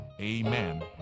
Amen